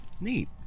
Neat